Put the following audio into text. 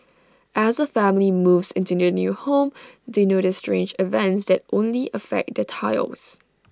as A family moves into their new home they notice strange events that only affect their tiles